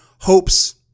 hopes